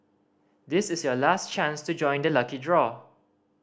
this is your last chance to join the lucky draw